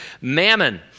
mammon